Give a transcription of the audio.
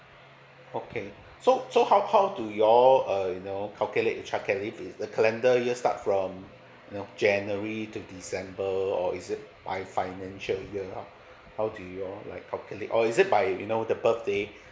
okay so so how how how do you all uh you know calculate the childcare leave if the calendar year starts from you know january to december or is it by financial year ah how do you all like calculate or is it by you know the birthday